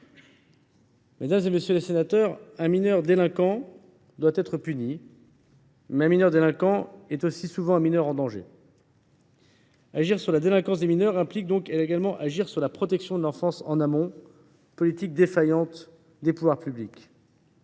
Mesdames, messieurs les sénateurs, un mineur délinquant doit être puni. Mais un mineur délinquant est aussi souvent un mineur en danger. Agir sur la délinquance des mineurs implique donc également d’agir en amont au titre de la protection de l’enfance, qui est une politique défaillante des pouvoirs publics.